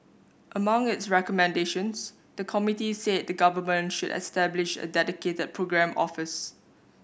among its recommendations the committee said the Government should establish a dedicated programme office